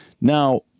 now